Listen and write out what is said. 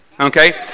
Okay